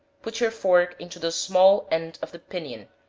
put your fork into the small end of the pinion,